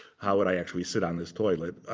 how would i actually sit on this toilet?